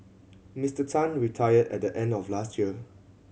Mister Tan retired at the end of last year